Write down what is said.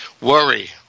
Worry